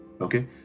okay